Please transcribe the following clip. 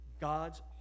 God's